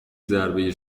ضربه